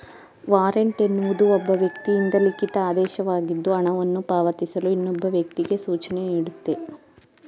warrant ಎನ್ನುವುದು ಒಬ್ಬ ವ್ಯಕ್ತಿಯಿಂದ ಲಿಖಿತ ಆದೇಶವಾಗಿದ್ದು ಹಣವನ್ನು ಪಾವತಿಸಲು ಇನ್ನೊಬ್ಬ ವ್ಯಕ್ತಿಗೆ ಸೂಚನೆನೀಡುತ್ತೆ